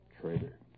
Traitor